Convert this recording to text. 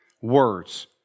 words